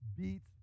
beats